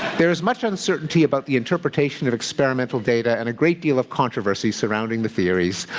there is much uncertainty about the interpretation of experimental data and a great deal of controversy surrounding the theories.